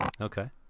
okay